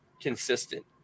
consistent